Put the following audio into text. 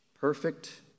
Perfect